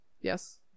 yes